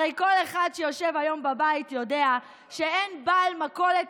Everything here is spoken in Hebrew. הרי כל אחד שיושב היום בבית יודע שאין בעל מכולת